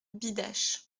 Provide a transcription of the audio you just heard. bidache